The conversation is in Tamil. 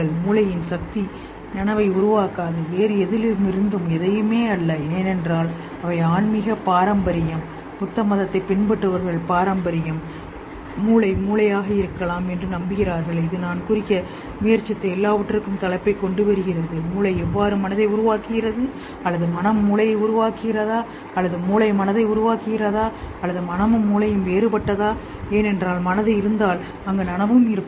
மூளையின் சக்தி நனவை உருவாக்காது வேறு எதையுமே அல்ல ஏனென்றால் அவை ஆன்மீக பாரம்பரியம் ப Buddhist த்த பாரம்பரியம் மூளை மூளையாக இருக்கலாம் என்று நம்புகிறார்கள் இது நான் குறிக்க முயற்சித்த எல்லாவற்றிற்கும் தலைப்பைக் கொண்டுவருகிறது மூளை எவ்வாறு மனதை உருவாக்குகிறது அல்லது மூளை மனதை உருவாக்குகிறது அல்லது மனம் வேறுபட்டது ஏனென்றால் மனம் இருந்தால் நனவு இருக்கிறது